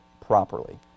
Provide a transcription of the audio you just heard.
properly